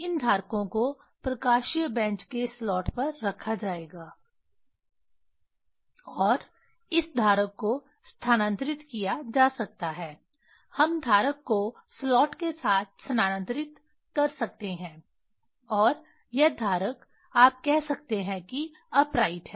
इन धारकों को प्रकाशीय बेंच के स्लॉट पर रखा जाएगा और इस धारक को स्थानांतरित किया जा सकता है हम धारक को स्लॉट के साथ स्थानांतरित कर सकते हैं और यह धारक आप कह सकते हैं कि अप राइट है